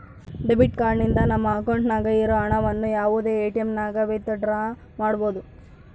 debit card ನಿಂದ ನಮ್ಮ ಅಕೌಂಟ್ನಾಗ ಇರೋ ಹಣವನ್ನು ಯಾವುದೇ ಎಟಿಎಮ್ನಾಗನ ವಿತ್ ಡ್ರಾ ಮಾಡ್ಬೋದು